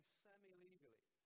semi-legally